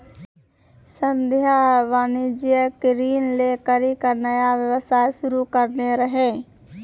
संध्या वाणिज्यिक ऋण लै करि के नया व्यवसाय शुरू करने रहै